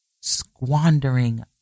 squandering